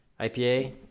IPA